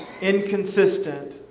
inconsistent